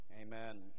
Amen